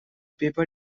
paper